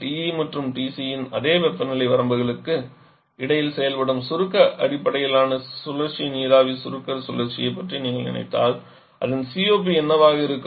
TE மற்றும் TC இன் அதே வெப்பநிலை வரம்புகளுக்கு இடையில் செயல்படும் சுருக்க அடிப்படையிலான சுழற்சி நீராவி சுருக்க சுழற்சியைப் பற்றி நீங்கள் நினைத்தால் அதன் COP என்னவாக இருக்கும்